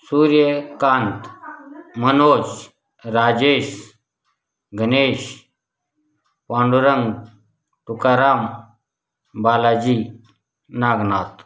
Suryakant Manoj Rajesh Ganesh Pandurang Tukaram Balaji Nagnath